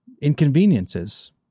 inconveniences